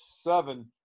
seven